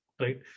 right